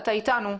שלום לך.